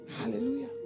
Hallelujah